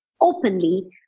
openly